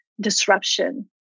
disruption